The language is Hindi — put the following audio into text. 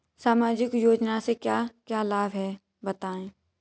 सामाजिक योजना से क्या क्या लाभ हैं बताएँ?